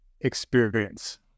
experience